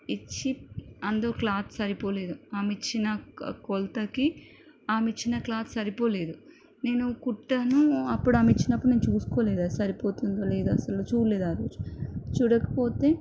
ఇచ్చి అందులో క్లాత్ సరిపోలేదు ఆమె ఇచ్చిన కొలతలకి ఆమె ఇచ్చిన క్లాత్ సరిపోలేదు నేను కుట్టాను అప్పుడు ఆమె ఇచ్చినప్పుడు నేను చూసుకోలేదు అది సరిపోతుందా లేదో అస్సలు చూడలేదు అది చూడకపోతే